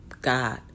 God